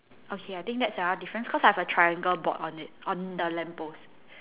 okay I think that's a another difference cause I have a triangle board on it on the lamp post